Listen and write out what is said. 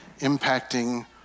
impacting